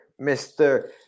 Mr